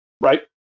right